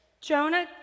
Jonah